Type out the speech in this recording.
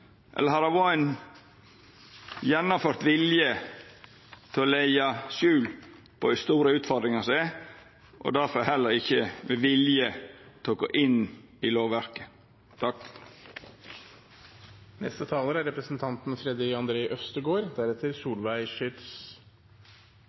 Eller har det vore ein gjennomført vilje til å leggja skjul på dei store utfordringane som er, og difor heller ikkje vilje til å gå inn i lovverket?